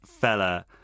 fella